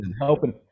helping